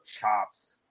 chops